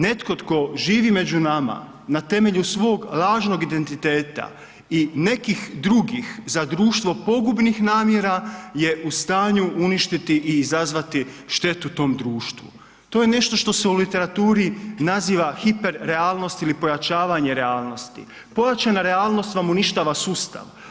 Netko tko živi među nama na temelju svog lažnog identiteta i nekih drugih za društvo pogubnih namjera je u stanju uništiti i izazvati štetu tom društvu, to je nešto što se u literaturi naziva hiper realnost ili pojačavanje realnosti, pojačana realnost vam uništava sustav.